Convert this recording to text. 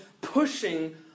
pushing